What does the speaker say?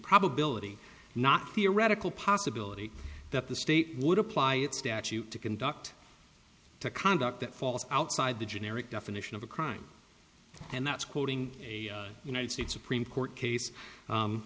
probability not theoretical possibility that the state would apply its statute to conduct to conduct that falls outside the generic definition of a crime and that's quoting a united states supreme court case